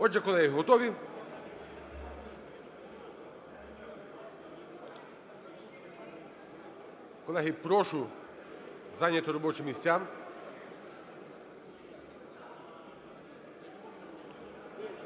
Отже, колеги, готові? Колеги, прошу зайняти робочі місця.